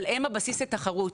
אבל הן הבסיס לתחרות.